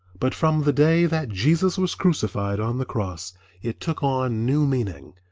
but from the day that jesus was crucified on the cross it took on new meaning,